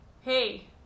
hey